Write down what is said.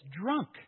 drunk